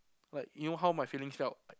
like you know how my feelings felt